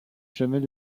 jamais